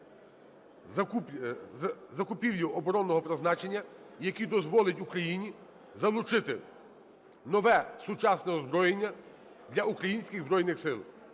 закупівлю оборонного призначення, який дозволить Україні залучити нове сучасне озброєння для українських Збройний Сил.